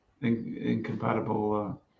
incompatible